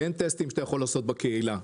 אין טסטים שאתה יכול לעשות בקהילה.